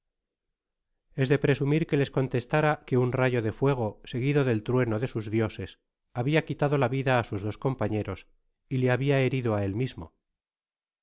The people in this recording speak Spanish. es de presumir que les eontestara que un raye de fuego seguido del trueno de sus dioses habia quitado la vida á sus dos compañeros y le habia herido á él mismo